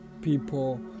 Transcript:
people